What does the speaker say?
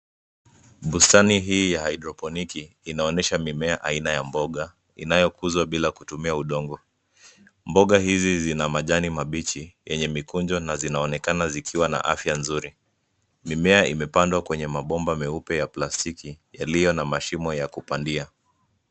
Bustani hii ya hydroponic inaonyesha mimea aina ya mboga inayokuzwa bila kutumia udongo. Mboga hizi zina majani mabichi yenye mikunjo na zinaonekana zikiwa na afya nzuri. Mimea imepandwa kwenye mabomba meupe ya plastiki yaliyo na mshimo ya kupandia.